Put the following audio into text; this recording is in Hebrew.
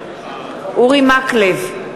מקלב,